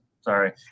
Sorry